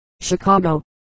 Chicago